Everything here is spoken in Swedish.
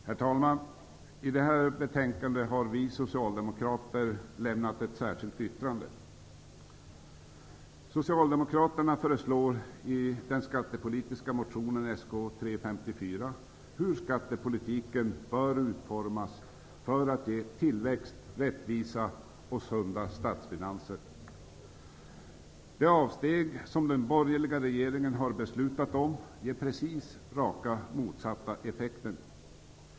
Herr talman! Till det här betänkandet har vi socialdemokrater lämnat ett särskilt yttrande. Socialdemokraterna föreslår i den skattepolitiska motionen Sk354 hur skattepolitiken bör utformas för att ge tillväxt, rättvisa och sunda statsfinanser. De avsteg som den borgerliga regeringen har beslutat om ger precis rakt motsatt effekt.